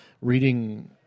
reading